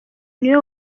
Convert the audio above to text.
niwe